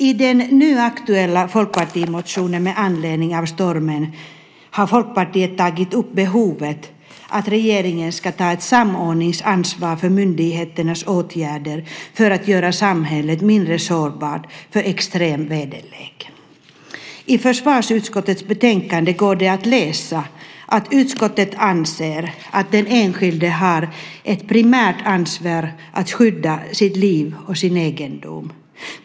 I den nu aktuella folkpartimotionen med anledning av stormen har Folkpartiet tagit upp behovet av att regeringen tar ett samordningsansvar för myndigheternas åtgärder för att göra samhället mindre sårbart för extrem väderlek. I försvarsutskottets betänkande går det att läsa att utskottet anser att den enskilde har ett primärt ansvar att skydda sitt liv och sin egendom.